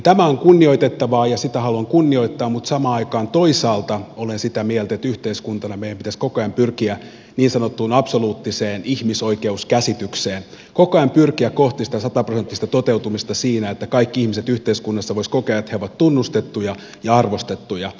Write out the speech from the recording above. tämä on kunnioitettavaa ja sitä haluan kunnioittaa mutta samaan aikaan toisaalta olen sitä mieltä että yhteiskuntana meidän pitäisi koko ajan pyrkiä niin sanottuun absoluuttiseen ihmisoikeuskäsitykseen koko ajan pyrkiä kohti sataprosenttista toteutumista siinä että kaikki ihmiset yhteiskunnassa voisivat kokea että he ovat tunnustettuja ja arvostettuja